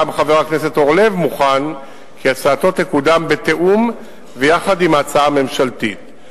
גם חבר הכנסת אורלב מוכן כי הצעתו תקודם בתיאום ויחד עם ההצעה הממשלתית.